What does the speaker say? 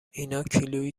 ایناکیلویی